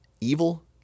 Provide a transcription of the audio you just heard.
evil